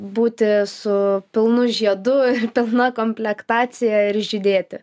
būti su pilnu žiedu pilna komplektacija ir žydėti